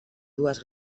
dues